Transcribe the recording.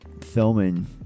filming